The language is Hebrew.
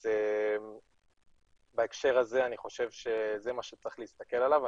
אז בהקשר הזה אני חושב שזה מה שצריך להסתכל עליו.